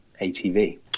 ATV